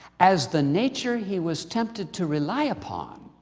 as the nature he was tempted to rely upon,